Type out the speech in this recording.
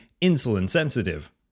insulin-sensitive